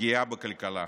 פגיעה בכלכלה.